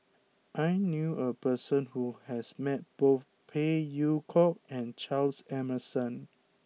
I knew a person who has met both Phey Yew Kok and Charles Emmerson